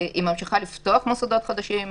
היא ממשיכה לפתוח מוסדות חדשים,